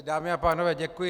Dámy a pánové, děkuji.